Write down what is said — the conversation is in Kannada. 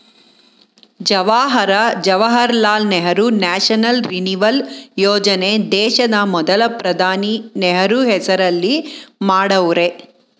ಜವಾಹರ ಜವಾಹರ್ಲಾಲ್ ನೆಹರು ನ್ಯಾಷನಲ್ ರಿನಿವಲ್ ಯೋಜನೆ ದೇಶದ ಮೊದಲ ಪ್ರಧಾನಿ ನೆಹರು ಹೆಸರಲ್ಲಿ ಮಾಡವ್ರೆ